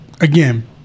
again